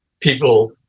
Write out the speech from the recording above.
people